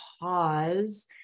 pause